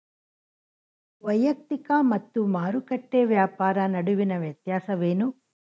ವೈಯಕ್ತಿಕ ಮತ್ತು ಮಾರುಕಟ್ಟೆ ವ್ಯಾಪಾರ ನಡುವಿನ ವ್ಯತ್ಯಾಸವೇನು?